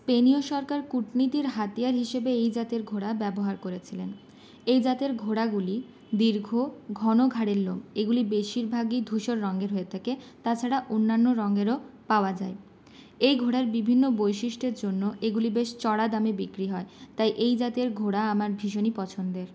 স্পেনীয় সরকার কূটনীতির হাতিয়ার হিসেবে এই জাতের ঘোড়া ব্যবহার করেছিলেন এই জাতের ঘোড়াগুলি দীর্ঘ ঘন ঘাড়ের লোম এগুলি বেশিরভাগই ধূসর রঙের হয়ে থাকে তাছাড়া অন্যান্য রঙেরও পাওয়া যায় এই ঘোড়ার বিভিন্ন বৈশিষ্ট্যের জন্য এগুলি বেশ চড়া দামে বিক্রি হয় তাই এই জাতের ঘোড়া আমার ভীষণই পছন্দের